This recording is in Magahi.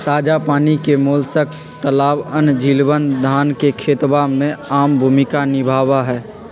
ताजा पानी के मोलस्क तालाबअन, झीलवन, धान के खेतवा में आम भूमिका निभावा हई